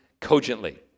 cogently